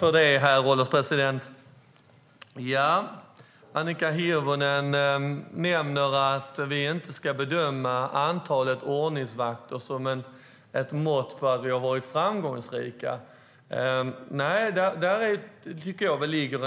Herr ålderspresident! Annika Hirvonen nämner att vi inte ska använda antalet ordningsvakter som ett mått på att vi har varit framgångsrika. Jag tycker att det ligger